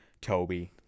Toby